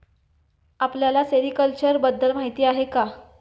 आपल्याला सेरीकल्चर बद्दल माहीती आहे का?